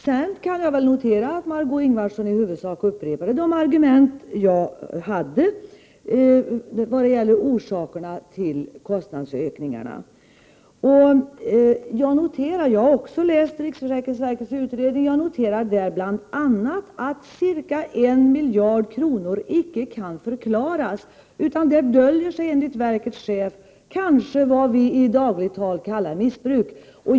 Sedan kan jag notera att Margé Ingvardsson i huvudsak upprepade de argument jag hade vad gäller orsakerna till kostnadsökningarna. Jag har också läst riksförsäkringsverkets utredning och har där uppmärksammat bl.a. att cirka en miljard kronor icke kan förklaras, utan där döljer sig enligt verkets chef kanske vad vi i dagligt tal kallar missbruk.